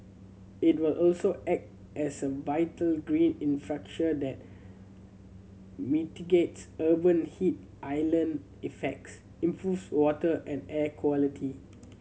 it will also act as a vital green infrastructure that mitigates urban heat island effects improves water and air quality